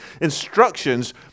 instructions